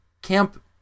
camp